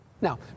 Now